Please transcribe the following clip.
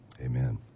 Amen